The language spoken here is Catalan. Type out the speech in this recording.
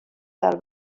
del